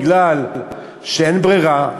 כי אין ברירה,